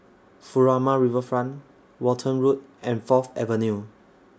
Furama Riverfront Walton Road and Fourth Avenue